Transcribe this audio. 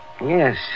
Yes